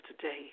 today